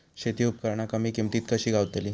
शेती उपकरणा कमी किमतीत कशी गावतली?